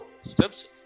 steps